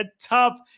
top